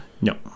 No